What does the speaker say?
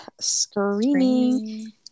screaming